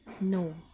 No